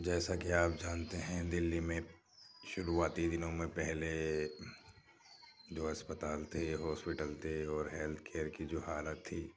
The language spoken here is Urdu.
جیسا کہ آپ جانتے ہیں دلّی میں شروعاتی دنوں میں پہلے جو اسپتال تھے ہاسپٹل تھے اور ہیلتھ کیئر کی جو حالت تھی